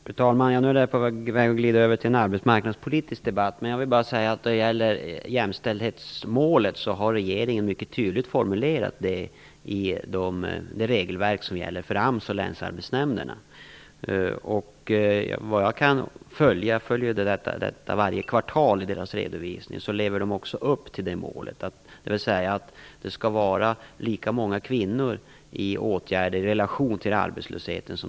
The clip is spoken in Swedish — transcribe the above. Fru talman! Nu är vi på väg att glida över till en arbetsmarknadspolitisk debatt. Men jag vill ändå säga att regeringen mycket tydligt har formulerat jämställdhetsmålet i det regelverk som gäller för AMS och länsarbetsnämnderna. Efter att ha följt deras redovisningar varje kvartal har jag funnit att de lever upp till målet, dvs. att det skall vara lika många kvinnor i åtgärder som män i relation till arbetslösheten.